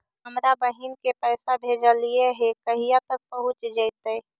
हमरा बहिन के पैसा भेजेलियै है कहिया तक पहुँच जैतै?